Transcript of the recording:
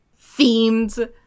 themed